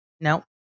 No